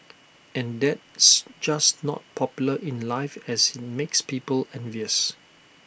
and that's just not popular in life as IT makes people envious